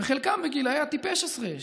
וחלקם בגילי הטיפש-עשרה,